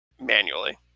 manually